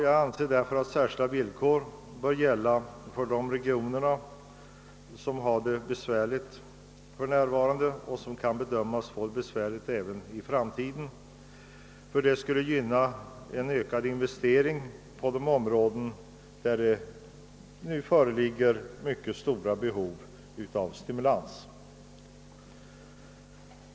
Jag anser därför att särskilda villkor bör gälla för de regioner som har det besvärligt för närvarande och som kan bedömas få det besvärligt också i framtiden, eftersom det skulle gynna en ökad investering på de områden där mycket stora behov av stimulans nu föreligger.